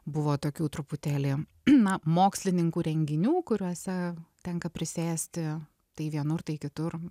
buvo tokių truputėlį na mokslininkų renginių kuriuose tenka prisėsti tai vienur tai kitur